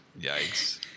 Yikes